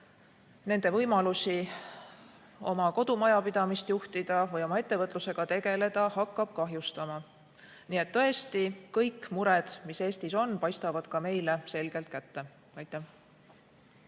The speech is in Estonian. nende võimalusi oma kodumajapidamist juhtida või oma ettevõtlusega tegeleda. Nii et tõesti, kõik mured, mis Eestis on, paistavad ka meile selgelt kätte. Suur